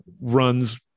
runs